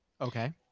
Okay